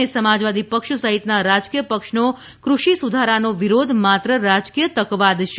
અને સમાજવાદી પક્ષ સહિતના રાજકીય પક્ષનો ક઼ષિ સુધારાનો વિરોધ માત્ર રાજકીય તકવાદ છે